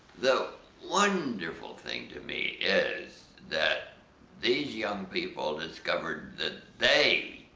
the wonderful thing to me, is that these young people discovered that they,